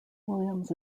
williams